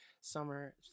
Summer